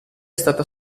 stata